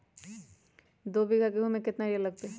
दो बीघा गेंहू में केतना यूरिया लगतै?